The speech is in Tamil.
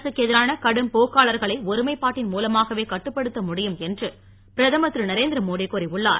அரசுக்கு எதிரான கடும் போக்காளர்களை ஒருமைப்பாட்டின் மூலமாகவே கட்டுப்படுத்த முடியும் என்று பிரதமர் திருதரேந்திரமோடி கூறியுள்ளார்